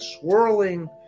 swirling